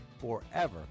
forever